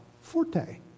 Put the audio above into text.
forte